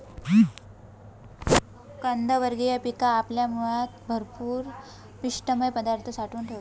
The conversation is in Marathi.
कंदवर्गीय पिका आपल्या मुळात भरपूर पिष्टमय पदार्थ साठवून ठेवतत